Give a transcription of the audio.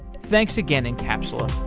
thanks again encapsula